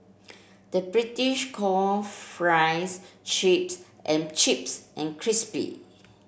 the British call fries chips and chips and crispy